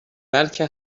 بلکه